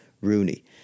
Rooney